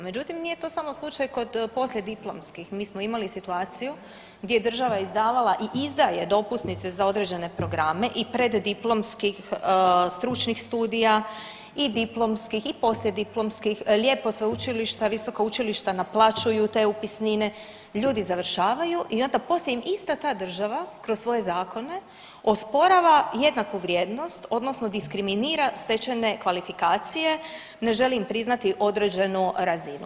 Međutim, nije to samo slučaj kod poslijediplomskih, mi smo imali situaciji gdje je država izdavala i izdaje dopusnice za određene programe i preddiplomskih stručnih studija i diplomskih i poslijediplomskih, lijepo sveučilišta, visoka učilišta naplaćuju te upisnine, ljudi završavaju i onda poslije im ista ta država kroz svoje zakone osporava jednaku vrijednost odnosno diskriminira stečene kvalifikacije, ne želi im priznati određenu razinu.